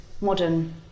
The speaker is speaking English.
modern